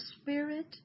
spirit